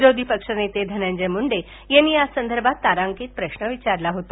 विरोधी पक्षनेते धनंजय मुंडे यांनी यासंदर्भात तारांकित प्रश्न विचारला होता